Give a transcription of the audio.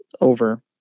over-